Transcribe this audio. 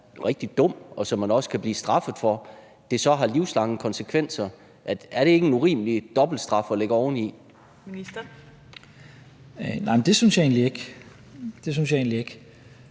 rigtig dum, og som man også kan blive straffet for, så har livslange konsekvenser. Er det ikke en urimelig dobbeltstraf at lægge oveni? Kl. 18:41 Fjerde næstformand (Trine Torp): Ministeren.